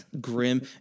grim